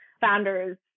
founders